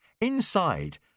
Inside